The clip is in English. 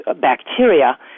bacteria